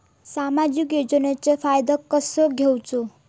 सामाजिक योजनांचो फायदो कसो घेवचो?